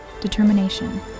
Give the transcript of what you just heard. determination